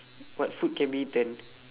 what food can be eaten